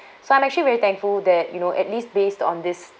so I'm actually very thankful that you know at least based on this